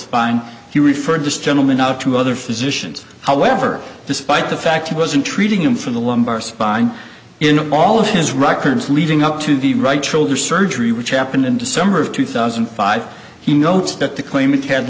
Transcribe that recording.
spine he referred this gentleman out to other physicians however despite the fact he wasn't treating him for the lumbar spine in all of his records leading up to the right trilled or surgery which happened in december of two thousand and five he notes that the claimant had